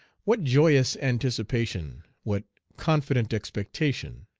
what joyous anticipation, what confident expectation,